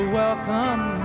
welcome